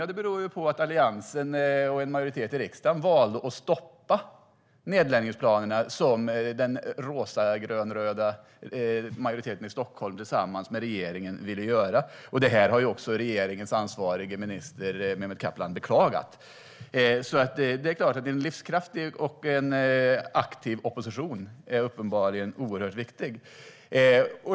Ja, det beror på att Alliansen och en majoritet i riksdagen valde att stoppa nedläggningsplanerna, som den rosa-grön-röda majoriteten i Stockholm tillsammans med regeringen hade. Det här har också regeringens ansvariga minister Mehmet Kaplan beklagat. En livskraftig och aktiv opposition är uppenbarligen oerhört viktig.